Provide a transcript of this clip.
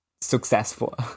successful